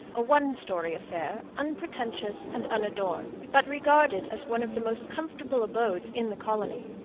a one-story affair, unpretentious and unadorned, but regarded as one of the most comfortable abodes in the colony.